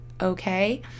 okay